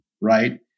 right